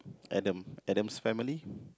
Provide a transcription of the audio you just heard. Adam Adam's Family